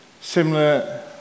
similar